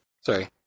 Sorry